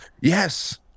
Yes